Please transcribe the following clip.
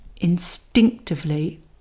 instinctively